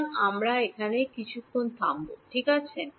সুতরাং আমরা এখানে কিছুক্ষণ থামব ঠিক আছে